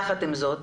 יחד עם זאת,